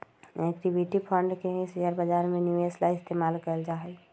equity fund के ही share बाजार में निवेश ला इस्तेमाल कइल जाहई